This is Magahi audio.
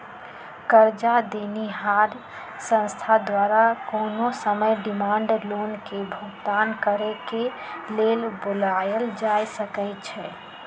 करजा देनिहार संस्था द्वारा कोनो समय डिमांड लोन के भुगतान करेक लेल बोलायल जा सकइ छइ